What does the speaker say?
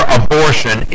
abortion